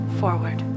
forward